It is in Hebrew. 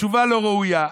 תשובה לא ראויה.